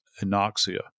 anoxia